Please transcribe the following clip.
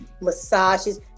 massages